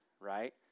right